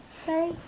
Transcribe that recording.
Sorry